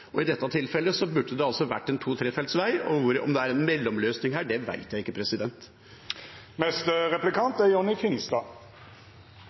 alternativer. I dette tilfellet burde det vært to- eller trefelts vei, men om det er en mellomløsning her, det vet jeg ikke.